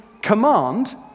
command